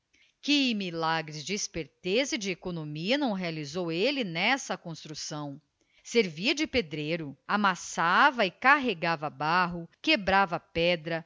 que milagres de esperteza e de economia não realizou ele nessa construção servia de pedreiro amassava e carregava barro quebrava pedra